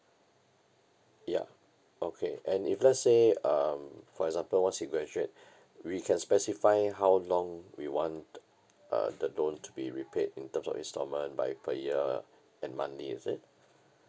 ya okay and if let's say um for example once he graduate we can specify how long we want uh the loan to be repaid in terms of installment by per year and monthly is it